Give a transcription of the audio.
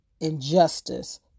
injustice